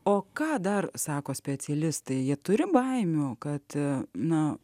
o ką dar sako specialistai jie turi baimių kad na